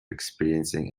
experiencing